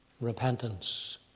Repentance